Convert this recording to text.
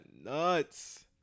Nuts